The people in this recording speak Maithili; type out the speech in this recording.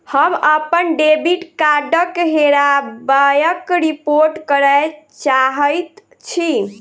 हम अप्पन डेबिट कार्डक हेराबयक रिपोर्ट करय चाहइत छि